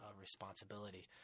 responsibility